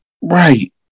Right